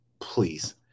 please